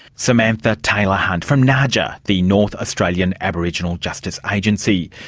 samantha taylor hunt from naaja, the north australian aboriginal justice agency.